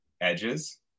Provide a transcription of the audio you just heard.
edges